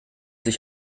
sich